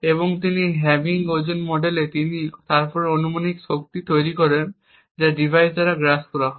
এবং হ্যামিং ওজন মডেলে তিনি তারপর অনুমানিক শক্তি তৈরি করেন ডিভাইস দ্বারা গ্রাস করা হয়